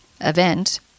event